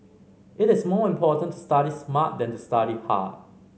it is more important to study smart than to study hard